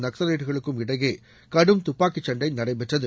நக்ஸலைட்டுகளுக்கும் இடையே கடும் துப்பாக்கிச் சண்டை நடைபெற்றது